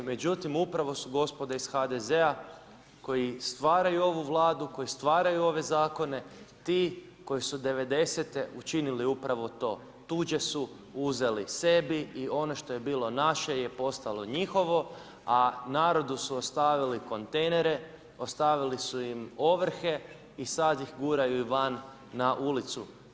Međutim, upravo su gospoda iz HDZ-a koji stvaraju ovu Vladu, koji stvaraju ove zakone, ti koji su '90-te učinili to, tuđe su uzeli sebi i ono što je bilo naše je postalo njihovo a narodu su ostavili kontejnere, ostavili su im ovrhe i sad ih guraju van na ulicu.